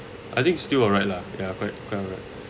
I think it's still alright lah ya quite quite alright